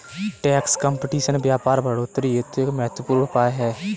tax competition व्यापार बढ़ोतरी हेतु एक महत्वपूर्ण उपाय है